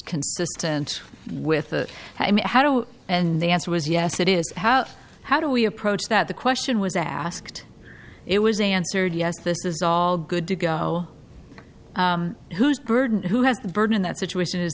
consistent with the i mean how and the answer was yes it is how how do we approach that the question was asked it was answered yes this is all good to go whose burden who has the burden in that situation is